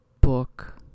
book